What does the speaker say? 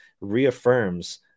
reaffirms